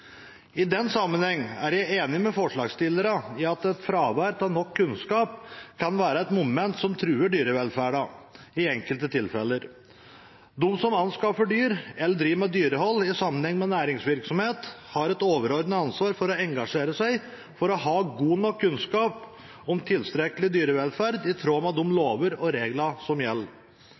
I den sammenheng er jeg enig med forslagsstillerne i at fravær av nok kunnskap kan være et moment som truer dyrevelferden i enkelte tilfeller. De som anskaffer dyr eller driver med dyrehold i sammenheng med næringsvirksomhet, har et overordnet ansvar for å engasjere seg for å ha god nok kunnskap om tilstrekkelig dyrevelferd i tråd med de lover og regler som gjelder.